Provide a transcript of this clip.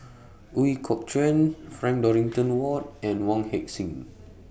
Ooi Kok Chuen Frank Dorrington Ward and Wong Heck Sing